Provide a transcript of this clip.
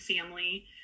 family